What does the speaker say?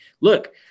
look